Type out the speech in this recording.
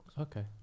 Okay